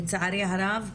לצערי הרב,